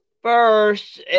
first